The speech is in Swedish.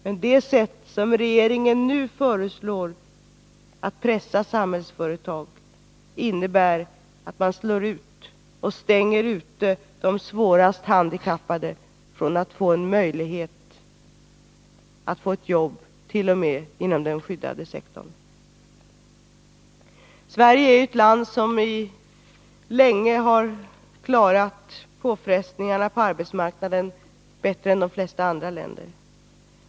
Men det sätt som regeringen nu föreslår för att pressa Samhällsföretag innebär att man slår ut och stänger ute de svårast handikappade från en möjlighet att få jobb ens inom den skyddade sektorn. Sverige är ett land som länge har klarat påfrestningarna på arbetsmarknaden bättre än de allra flesta länder.